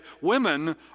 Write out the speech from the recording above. women